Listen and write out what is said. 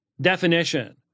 definition